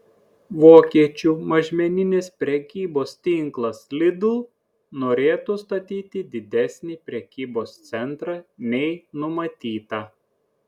vokiečių mažmeninės prekybos tinklas lidl norėtų statyti didesnį prekybos centrą nei numatyta